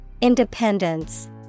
independence